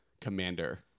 commander